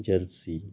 Jersey